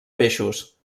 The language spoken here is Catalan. peixos